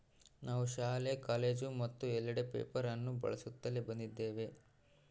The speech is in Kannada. ನಾವು ಶಾಲೆ, ಕಾಲೇಜು ಮತ್ತು ಎಲ್ಲೆಡೆ ಪೇಪರ್ ಅನ್ನು ಬಳಸುತ್ತಲೇ ಬಂದಿದ್ದೇವೆ